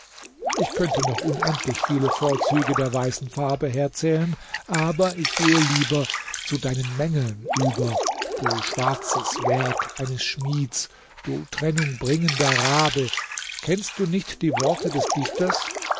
ich könnte noch unendlich viele vorzüge der weißen farbe herzählen aber ich gehe lieber zu deinen mängeln über du schwarzes werk eines schmieds du trennung bringender rabe kennst du nicht die worte des dichters